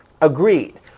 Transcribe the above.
Agreed